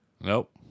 Nope